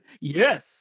Yes